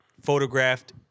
photographed